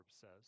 says